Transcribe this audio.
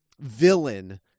villain